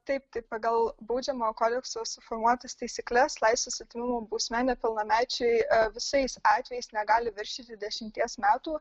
taip tai pagal baudžiamojo kodekso suformuotas taisykles laisvės atėmimo bausme nepilnamečiai visais atvejais negali viršyti dešimties metų